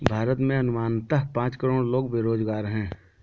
भारत में अनुमानतः पांच करोड़ लोग बेरोज़गार है